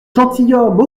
gentilhomme